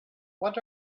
what